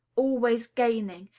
always gaining,